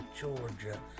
Georgia